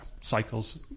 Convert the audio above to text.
cycles